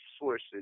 sources